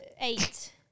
eight